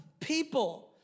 people